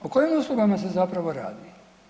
O kojim uslugama se zapravo radi?